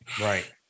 right